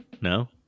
No